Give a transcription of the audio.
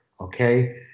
okay